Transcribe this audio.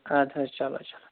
اَدٕ حظ چَلو چَلو